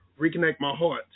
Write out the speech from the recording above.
ReconnectMyHeart